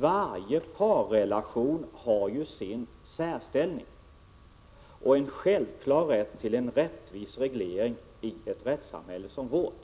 Varje parrelation har sin särställning och en självklar rätt till en rättvis reglering i ett rättssamhälle som vårt.